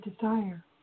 desire